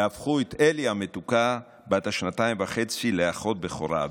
והפכו את אלי המתוקה בת השנתיים וחצי לאחות בכורה.